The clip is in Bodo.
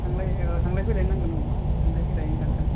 थांलाय थांलाय फैलायनि नांगोन आव थांलाय फैलायनि दानखानोसै